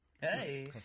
Hey